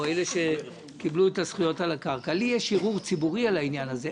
יש לי ערעור ציבורי על העניין הזה,